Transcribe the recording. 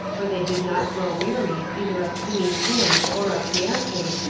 for they did not grow weary, either of singing hymns or of dancing,